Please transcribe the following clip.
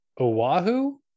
oahu